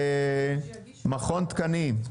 ומכון תקנים,